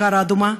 בכיכר האדומה.